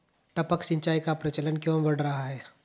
टपक सिंचाई का प्रचलन क्यों बढ़ रहा है?